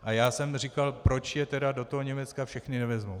A já jsem říkal, proč je tedy do toho Německa všechny nevezmou.